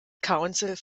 council